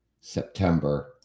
September